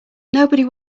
nobody